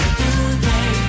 today